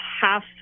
half